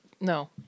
no